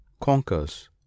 conquers